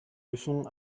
leçon